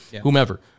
whomever